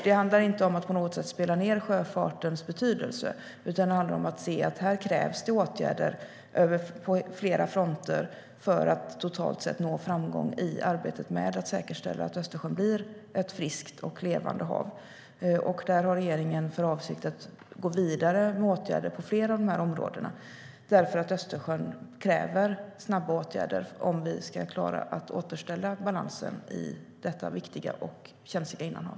Det handlar inte om att på något sätt spela ned sjöfartens betydelse, utan det handlar om att det krävs åtgärder på flera fronter för att totalt sett nå framgång i arbetet med att säkerställa att Östersjön blir ett friskt och levande hav. Regeringen har för avsikt att gå vidare med åtgärder på flera av de här områdena, för Östersjön kräver snabba åtgärder om vi ska klara att återställa balansen i detta viktiga och känsliga innanhav.